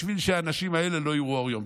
בשביל שהאנשים האלה לא יראו אור יום.